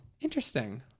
interesting